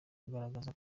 agaragaza